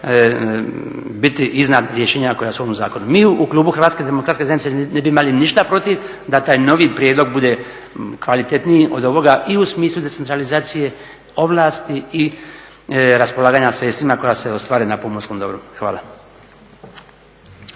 biti iznad rješenja koja su ovim zakonom. Mi u klubu HDZ-a ne bi imali ništa protiv da taj novi prijedlog bude kvalitetniji od ovoga i u smislu decentralizacije, ovlasti i raspolaganja sredstvima koja se ostvare na pomorskom dobru. Hvala.